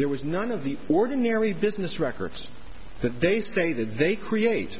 there was none of the ordinary business records that they say that they create